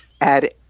add